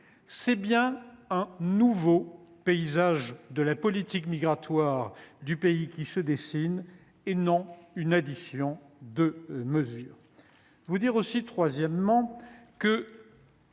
C’est bien un nouveau paysage de la politique migratoire qui se dessine ; ce n’est pas une addition de mesures.